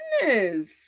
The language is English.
goodness